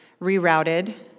rerouted